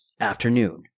Afternoon